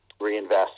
reinvest